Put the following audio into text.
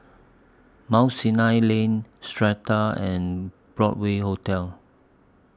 Mount Sinai Lane Strata and Broadway Hotel